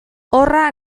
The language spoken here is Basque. horra